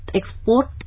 export